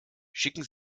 schicken